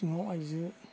सिङाव आइजो